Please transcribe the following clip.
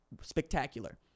spectacular